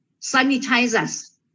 sanitizers